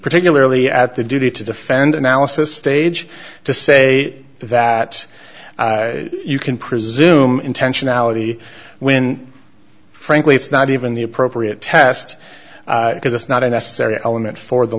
particularly at the duty to defend analysis stage to say that you can presume intentionality when frankly it's not even the appropriate test because it's not a necessary element for the